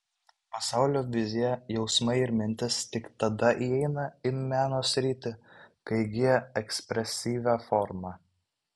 pasaulio vizija jausmai ir mintys tik tada įeina į meno sritį kai įgyja ekspresyvią formą